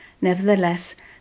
Nevertheless